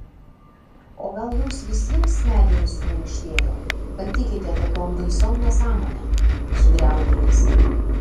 o gal jums visiems smegenys suminkštėjo kad tikite tokiom baisiom nesąmonėm sugriaudė jis